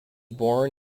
born